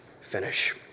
finish